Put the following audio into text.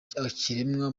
kiremwa